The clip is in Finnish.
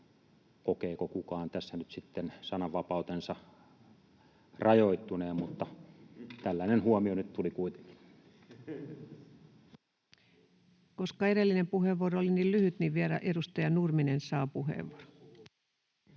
kokeeko kukaan tässä nyt sitten sananvapautensa rajoittuneen, mutta tällainen huomio nyt tuli kuitenkin. Koska edellinen puheenvuoro oli niin lyhyt, niin vielä edustaja Nurminen saa puheenvuoron.